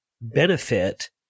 benefit